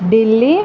Delhi